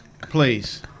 please